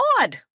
odd